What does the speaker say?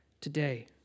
today